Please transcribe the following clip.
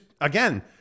again